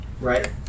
right